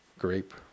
grape